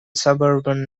suburban